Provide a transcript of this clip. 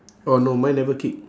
oh no mine never kick